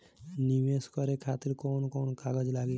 नीवेश करे खातिर कवन कवन कागज लागि?